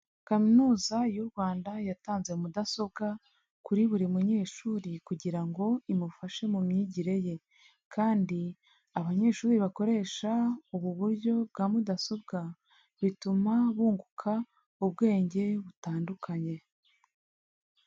Kaminuza y'u Rwanda yatanze mudasobwa kuri buri munyeshuri kugira ngo imufashe mu myigire ye kandi abanyeshuri bakoresha ubu buryo bwa mudasobwa bituma bunguka ubwenge butandukanye.